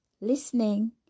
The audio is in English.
listening